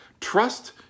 Trust